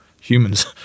humans